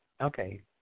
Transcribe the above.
Okay